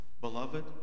Beloved